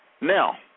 Now